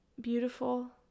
beautiful